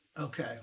Okay